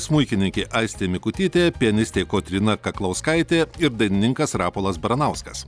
smuikininkė aistė mikutytė pianistė kotryna kaklauskaitė ir dainininkas rapolas baranauskas